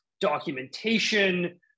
documentation